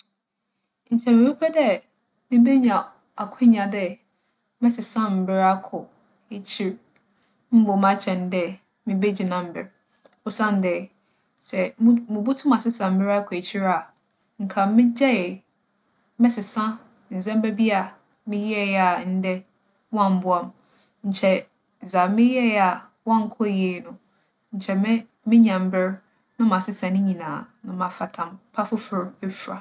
Nkyɛ mebɛpɛ dɛ mibenya akwannya dɛ mɛsesa mber akͻ ekyir mbom akyɛn dɛ mibegyina mber. Osiandɛ, sɛ mu - mubotum asesa mber akͻ ekyir a, nka megyaa, mɛsesa ndzɛmba bi a meyɛe a ndɛ, ͻammboa me. Nkyɛ dza meyɛe a ͻannkͻ yie no, nkyɛ mɛ - menya mber na masesa ne nyina na mafa tam pa fofor efura.